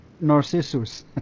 Narcissus